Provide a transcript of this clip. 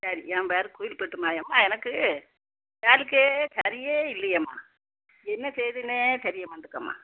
சரி ஏன் பேர் குயில்பட்டும்மா எம்மா எனக்கு கால் கையே சரியே இல்லயேம்மா என்ன செய்துன்னே தெரிய மாட்டிக்குதும்மா